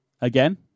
again